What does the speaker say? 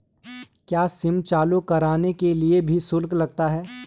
क्या सिम चालू कराने के लिए भी शुल्क लगता है?